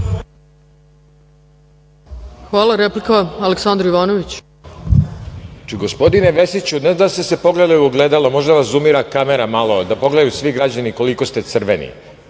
Hvala. Replika, Aleksandar Jovanović.